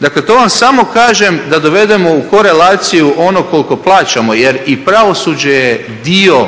Dakle, to vam samo kažem da dovedemo u korelaciju ono koliko plaćamo, jer i pravosuđe je dio